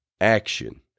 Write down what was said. Action